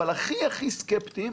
אבל הכי הכי סקפטיים,